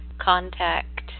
contact